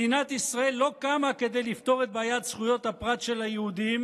מדינת ישראל לא קמה כדי לפתור את בעיית זכויות הפרט של היהודים,